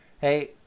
Hey